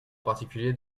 particulier